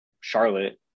Charlotte